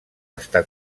està